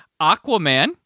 Aquaman